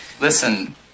listen